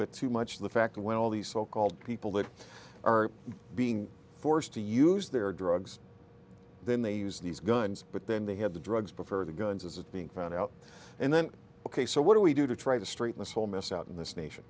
bit too much the fact that when all these so called people that are being forced to use their drugs then they use these guns but then they had the drugs prefer the guns as being found out and then ok so what do we do to try to straighten this whole mess out in this nation